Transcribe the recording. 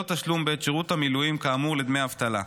תשלום בעת שירות המילואים כאמור לדמי אבטלה.